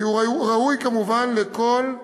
כי הוא ראוי כמובן לכל תואר.